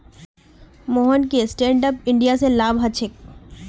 मोहनक stand up India स लाभ ह छेक